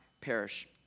perish